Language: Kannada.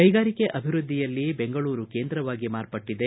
ಕೈಗಾರಿಕೆ ಅಭಿವೃದ್ಧಿಯಲ್ಲಿ ಬೆಂಗಳೂರು ಕೇಂದ್ರವಾಗಿ ಮಾರ್ಪಟ್ಟದೆ